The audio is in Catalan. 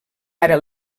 ara